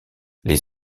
les